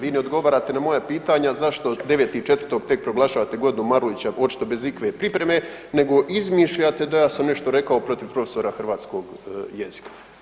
Vi ne odgovarate na moja pitanja zašto 9.4. tek proglašavate „Godinu Marulića“ očito bez ikakve pripreme nego izmišljate da ja sam nešto rekao protiv profesora hrvatskog jezika.